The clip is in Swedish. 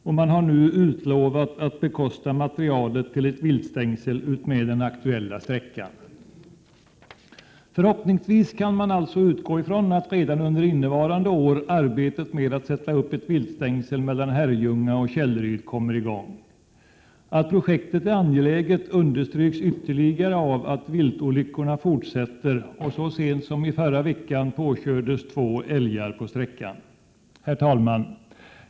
SJ har nu lovat att bekosta materialet till ett viltstängsel utmed den aktuella sträckan. Förhoppningsvis kan man alltså utgå ifrån att arbetet med att sätta upp ett viltstängsel på sträckan Herrljunga-Källeryd kommer i gång redan under innevarande år. Att projektet är angeläget understryks ytterligare av att viltolyckorna fortsätter. Så sent som i förra veckan påkördes två älgar på sträckan. Herr talman!